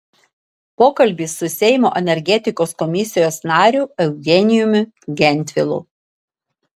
pokalbis su seimo energetikos komisijos nariu eugenijumi gentvilu